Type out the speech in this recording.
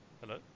Hello